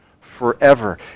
forever